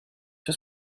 c’è